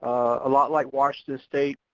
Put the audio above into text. a lot like washington state,